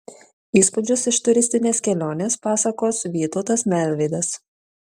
įspūdžius iš turistinės kelionės pasakos vytautas melvydas